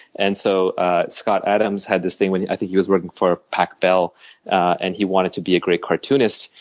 and so ah scott adams had this thing where he was working for pac bell and he wanted to be a great cartoonist.